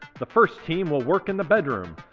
the first team will work in the bedroom.